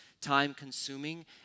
time-consuming